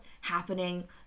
happening